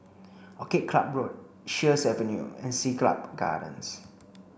Orchid Club Road Sheares Avenue and Siglap Gardens